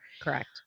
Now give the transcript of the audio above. Correct